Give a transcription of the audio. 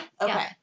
Okay